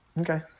Okay